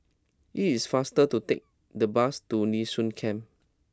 it is faster to take the bus to Nee Soon Camp